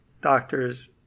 doctors